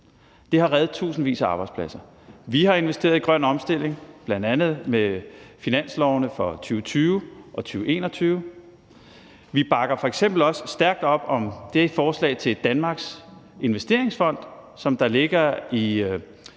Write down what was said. Det har reddet tusindvis af arbejdspladser. Vi har investeret i grøn omstilling bl.a. med finanslovene for 2020 og 2021. Vi bakker f.eks. også stærkt op om det forslag til Danmarks Investeringsfond, som der ligger i